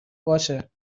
باشه